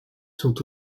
sont